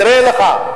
תאר לך.